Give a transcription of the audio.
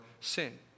sin